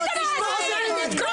אל תתקוף אותה.